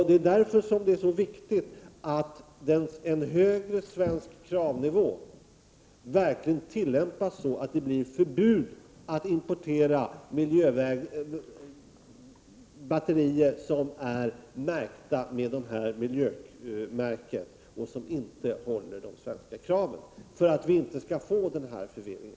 Det är därför som det är så viktigt att en högre svensk kravnivå verkligen tillämpas så att det blir förbud att importera batterier som är märkta med detta miljömärke och som inte fyller de svenska kraven — då får vi inte denna förvirring.